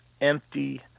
empty